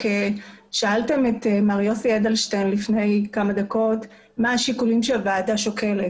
שאלתם את מר יוסי אדלשטיין לפני כמה דקות מה השיקולים שהוועדה שוקלת.